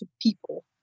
people